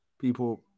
people